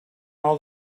all